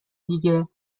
دیگه